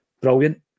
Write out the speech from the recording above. Brilliant